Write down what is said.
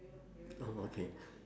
oh okay